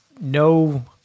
no